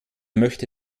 möchte